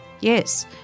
Yes